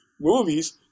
movies